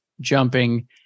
jumping